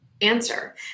answer